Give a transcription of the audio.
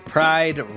Pride